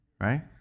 right